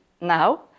now